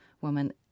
woman